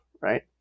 right